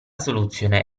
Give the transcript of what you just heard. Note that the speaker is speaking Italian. soluzione